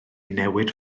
newid